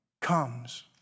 comes